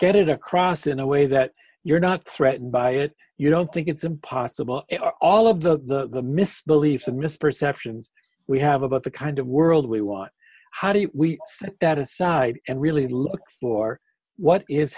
get it across in a way that you're not threatened by it you don't think it's impossible all of the misbelief and misperceptions we have about the kind of world we want how do we set that aside and really look for what is